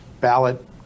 ballot